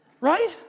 right